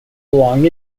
belong